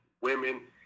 women